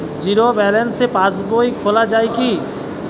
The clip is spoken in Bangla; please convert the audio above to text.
জীরো ব্যালেন্স পাশ বই খোলা যাবে কি?